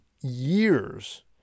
years